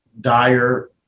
dire